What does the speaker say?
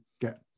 get